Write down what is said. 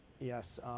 Yes